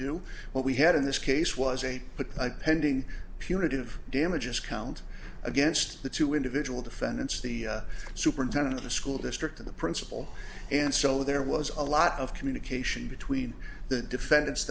do what we had in this case was eight but pending punitive damages count against the two individual defendants the superintendent of the school district in the principal and so there was a lot of communication between the defendant